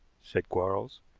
said quarles.